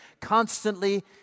constantly